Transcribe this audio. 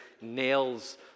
nails